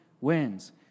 wins